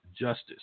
justice